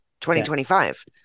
2025